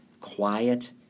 quiet